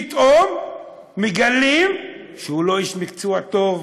ופתאום מגלים שהוא לא איש מקצוע טוב.